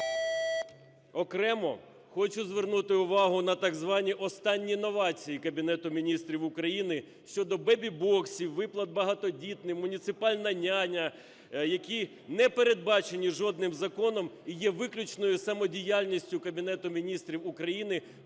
Окремо хочу звернути увагу на так звані останні новації Кабінету Міністрів України щодо "бебі-боксів", виплат багатодітним, "муніципальна няня", які не передбачені жодним законом, і є виключною самодіяльністю Кабінету Міністрів України